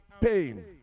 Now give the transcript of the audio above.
pain